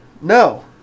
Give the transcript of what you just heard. no